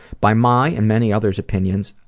by my and many others' opinions,